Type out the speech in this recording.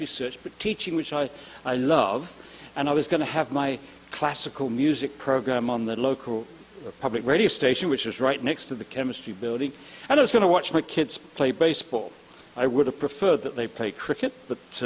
research but teaching which i i love and i was going to my classical music program on the local public radio station which is right next to the chemistry building and i was going to watch my kids play baseball i would have preferred that they play cricket